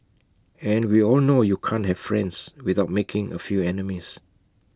and we all know you can't have friends without making A few enemies